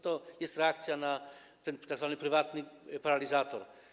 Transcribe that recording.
To jest reakcja na ten tzw. prywatny paralizator.